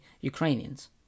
Ukrainians